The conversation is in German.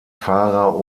fahrer